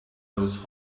those